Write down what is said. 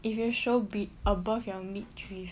if you show be above your midriff